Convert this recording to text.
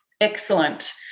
Excellent